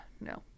No